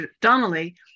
Donnelly